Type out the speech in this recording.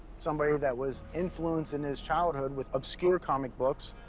somebody that was influenced in his childhood with obscure comic books,